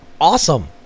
awesome